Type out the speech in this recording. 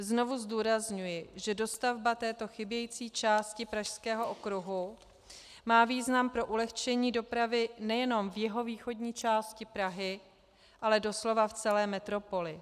Znovu zdůrazňuji, že dostavba této chybějící části Pražského okruhu má význam pro ulehčení dopravy nejenom v jihovýchodní části Prahy, ale doslova v celé metropoli.